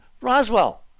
Roswell